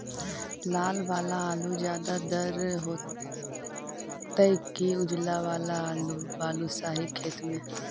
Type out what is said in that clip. लाल वाला आलू ज्यादा दर होतै कि उजला वाला आलू बालुसाही खेत में?